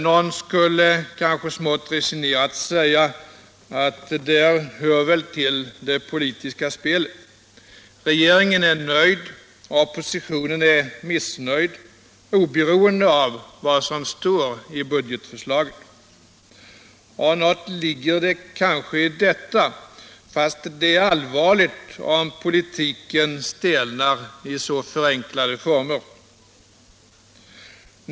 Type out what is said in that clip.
Någon skulle kanske smått resignerat säga att detta väl hör till det politiska spelet. Regeringen är nöjd och oppositionen missnöjd oberoende av vad som står i budgetförslaget. Kanske ligger det något däri. Men det är allvarligt om politiken stelnar i så förenklade former.